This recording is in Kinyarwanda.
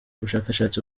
ubushakashatsi